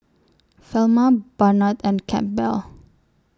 Velma Barnard and Campbell